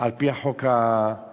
על-פי החוק החדש.